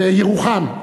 בירוחם.